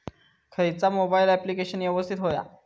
खयचा mobile application यवस्तित होया?